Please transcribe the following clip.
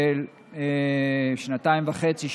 שנתיים וחצי,